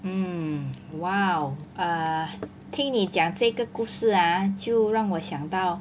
hmm !wow! err 听你讲这个故事 ah 就让我想到